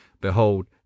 Behold